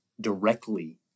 directly